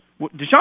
Deshaun